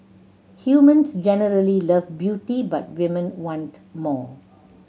humans generally love beauty but women want more